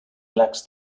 lacks